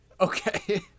Okay